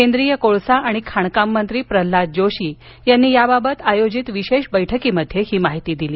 केंद्रीय कोळसा आणि खाणकाममंत्री प्रल्हाद जोशी यांनी याबाबत आयोजित विशेष बैठकीत ही माहिती दिली